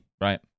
right